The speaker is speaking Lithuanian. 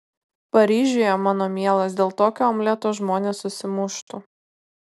paryžiuje mano mielas dėl tokio omleto žmonės susimuštų